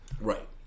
Right